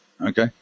Okay